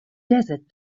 desert